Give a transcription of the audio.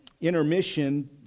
intermission